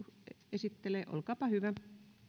esittelee olkaapa hyvä